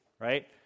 right